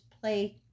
play